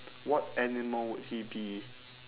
what animal would he be